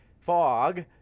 fog